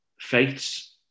faiths